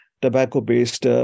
tobacco-based